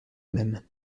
même